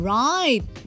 right